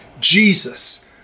Jesus